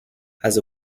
has